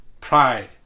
pride